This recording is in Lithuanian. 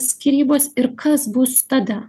skyrybos ir kas bus tada